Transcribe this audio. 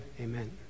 amen